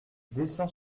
descend